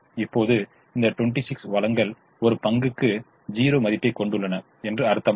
இப்போது இந்த 26 வளங்கள் ஒரு பங்குக்கு 0 மதிப்பைக் கொண்டுள்ளன என்று அர்த்தமா